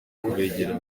kubegera